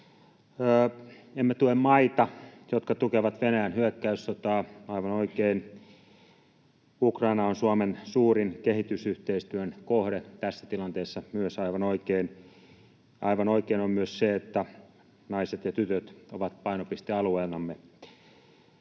Emme tue maita, jotka tukevat Venäjän hyökkäyssotaa — aivan oikein. Ukraina on Suomen suurin kehitysyhteistyön kohde tässä tilanteessa — myös aivan oikein. Aivan oikein on myös se, että naiset ja tytöt ovat painopistealueenamme.